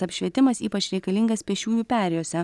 apšvietimas ypač reikalingas pėsčiųjų perėjose